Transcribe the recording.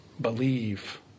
believe